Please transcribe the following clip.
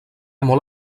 molt